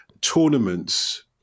tournaments